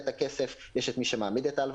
בין טייסים בעולם יש בדיחה שהפרס הראשון הוא לילה